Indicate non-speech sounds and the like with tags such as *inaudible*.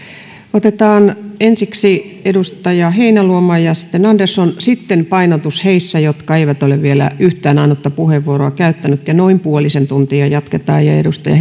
otetaan ensiksi edustaja heinäluoma ja sitten andersson sitten painotus heissä jotka eivät ole vielä yhtä ainutta puheenvuoroa käyttäneet noin puolisen tuntia jatketaan edustaja *unintelligible*